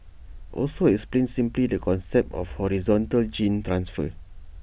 also explained simply the concept of horizontal gene transfer